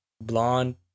blonde